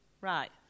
Right